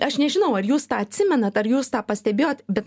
aš nežinau ar jūs tą atsimenat ar jūs tą pastebėjot bet